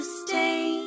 stay